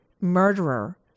murderer